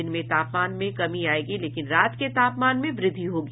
दिन में तापमान में कमी आयेगी लेकिन रात के तापमान में वृद्धि होगी